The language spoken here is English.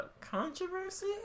Controversy